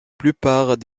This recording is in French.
plupart